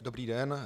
Dobrý den.